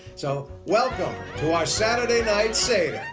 so, welcome to our saturday night seder.